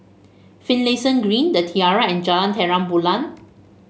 Finlayson Green The Tiara and Jalan Terang Bulan